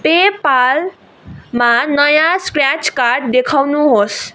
pay पालमा नयाँ scratch card देखाउनुहोस्